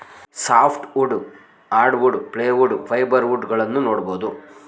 soft wood, hardwood, plywood, fibre wood ಗಳನ್ನೂ ನೋಡ್ಬೋದು